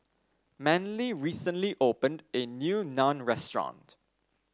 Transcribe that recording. Manley recently opened a new Naan Restaurant